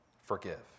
forgive